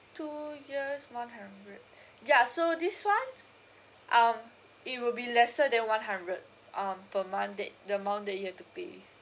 two years one hundred ya so this [one] um it will be lesser than one hundred um per month tha~ the amount that you have to pay